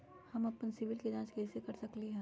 हम अपन सिबिल के जाँच कइसे कर सकली ह?